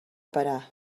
parar